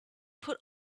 put